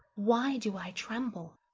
why do i tremble?